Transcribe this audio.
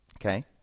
Okay